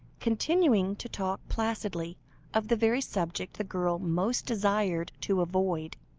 continuing to talk placidly of the very subject the girl most desired to avoid.